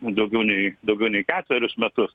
daugiau nei daugiau nei ketverius metus